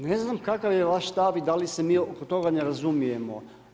Ne znam kakav je vaš stav i da li se mi oko toga ne razumijemo.